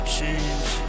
change